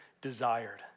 desired